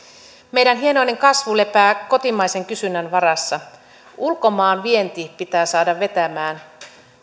meidän hienoinen kasvu lepää kotimaisen kysynnän varassa ulkomaanvienti pitää saada vetämään